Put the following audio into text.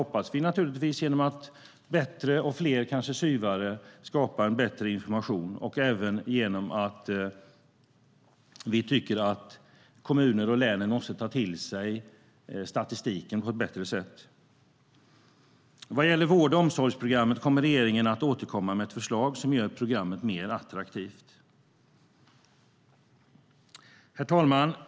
Men vi hoppas på att fler "syvare" ska ge bättre information, och kommuner och län måste också ta till sig av statistiken på ett bättre sätt. Vad gäller vård och omsorgsprogrammet kommer regeringen att återkomma med ett förslag som ska göra programmet mer attraktivt. Herr talman!